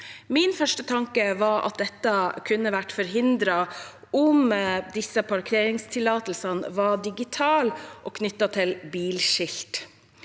Min første tanke var at dette kunne ha vært forhindret om disse parkeringstillatelsene var digitale og knyttet til bilskilt.